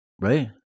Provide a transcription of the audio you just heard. Right